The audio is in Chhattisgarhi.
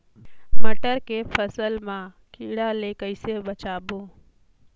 मटर के फसल मा कीड़ा ले कइसे बचाबो?